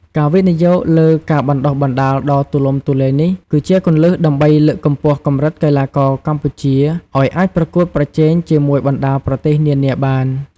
ការវិនិយោគលើការបណ្តុះបណ្តាលដ៏ទូលំទូលាយនេះ គឺជាគន្លឹះដើម្បីលើកកម្ពស់កម្រិតកីឡាករកម្ពុជាឲ្យអាចប្រកួតប្រជែងជាមួយបណ្តាប្រទេសនានាបាន។